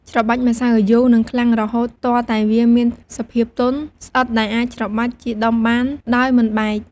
ច្របាច់ម្សៅឱ្យយូរនិងខ្លាំងរហូតទាល់តែវាមានសភាពទន់ ស្អិតដែលអាចច្របាច់ជាដុំបានដោយមិនបែក។